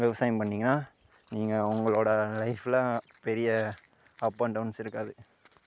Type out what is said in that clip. விவசாயம் பண்ணீங்கனா நீங்கள் உங்களோடய லைஃப்ல பெரிய அப் அண்ட் டவுன்ஸ் இருக்காது